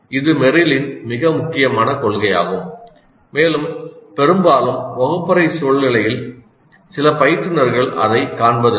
இது மெர்ரிலின் மிக முக்கியமான கொள்கையாகும் மேலும் பெரும்பாலும் வகுப்பறை சூழ்நிலையில் சில பயிற்றுனர்கள் அதைக் காண்பதில்லை